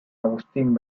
agustín